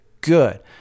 good